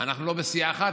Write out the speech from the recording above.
אנחנו לא בסיעה אחת,